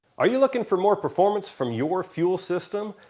are you looking for more performance from your fuel system?